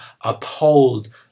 uphold